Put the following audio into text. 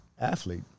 athlete